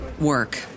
work